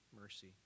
mercy